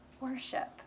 worship